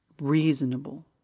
reasonable